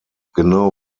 genau